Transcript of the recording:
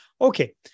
Okay